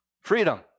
freedom